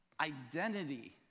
identity